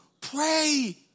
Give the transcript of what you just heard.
pray